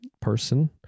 person